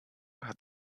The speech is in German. hat